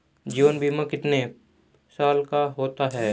जीवन बीमा कितने साल का होता है?